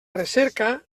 recerca